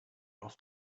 off